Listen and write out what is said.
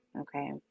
okay